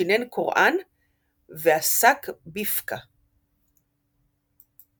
שינן קוראן ועסק בפקה”.